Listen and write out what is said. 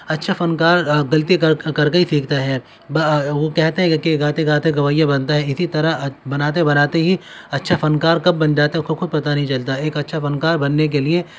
اچھا فنکار غلطی کر کے ہی سیکھتا ہے وہ کہتے ہیں کہ گاتے گاتے گویّا بنتا ہے اسی طرح بناتے بناتے ہی اچھا فنکار کب بن جاتا ہے اس کو خود پتا نہیں چلتا ایک اچھا فنکار بننے کے لیے